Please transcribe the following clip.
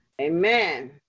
Amen